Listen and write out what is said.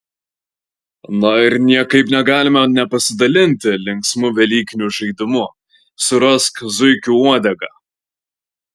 na ir niekaip negalime nepasidalinti linksmu velykiniu žaidimu surask zuikio uodegą